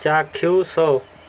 ଚାକ୍ଷୁଷ